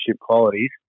qualities